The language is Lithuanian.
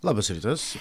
labas rytas